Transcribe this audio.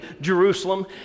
Jerusalem